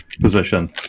position